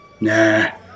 Nah